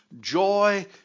joy